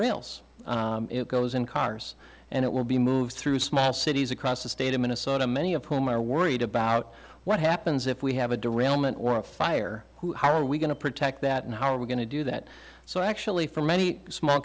rails it goes in cars and it will be moved through small cities across the state of minnesota many of whom are worried about what happens if we have a direct fire who are we going to protect that and how are we going to do that so actually for many small